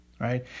right